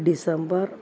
December